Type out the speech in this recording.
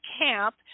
camp